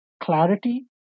clarity